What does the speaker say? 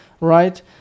Right